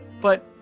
but,